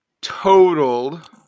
totaled